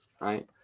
right